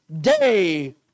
day